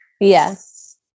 Yes